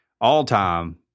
all-time